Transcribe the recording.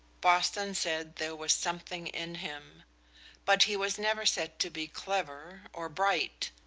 boston said there was something in him but he was never said to be clever or bright